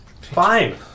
Fine